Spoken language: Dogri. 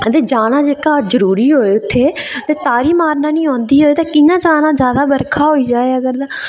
ते जाना जादै जरूरी होऐ उत्थै ते तारनी मारना निं औंदा होऐ ते कि'यां जाना उत्थै बर्खा होई जा जेकर तां